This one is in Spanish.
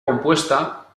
compuesta